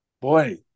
Boy